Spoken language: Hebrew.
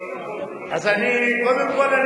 קודם כול,